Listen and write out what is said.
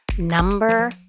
Number